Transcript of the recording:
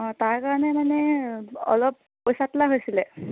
অঁ তাৰ কাৰণে মানে অলপ পইছা তোলা হৈছিলে